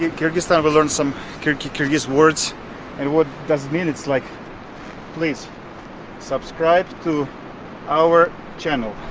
kyrgyzstan we learned some kyrgyz kyrgyz words and what does it mean, it's like please subscribe to our channel